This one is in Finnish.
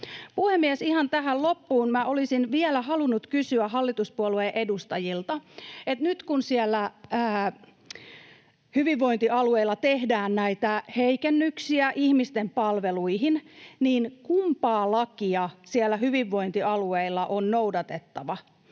Puhemies! Ihan tähän loppuun minä olisin vielä halunnut kysyä hallituspuolueen edustajilta, että nyt kun siellä hyvinvointialueilla tehdään näitä heikennyksiä ihmisten palveluihin, niin kumpaa lakia siellä hyvinvointialueilla on noudatettava: